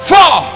Four